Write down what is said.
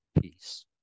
Peace